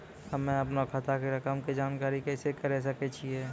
हम्मे अपनो खाता के रकम के जानकारी कैसे करे सकय छियै?